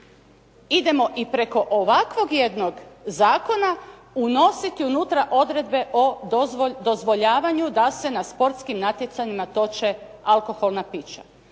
idemo i preko ovakvog jednog zakona unositi unutra odredbe o dozvoljavanju da se na sportskim natjecanjima toče alkoholna pića.